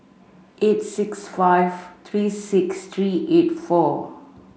eight six five three six three eight four